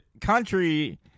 country